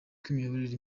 kw’imiyoborere